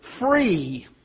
free